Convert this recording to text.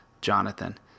Jonathan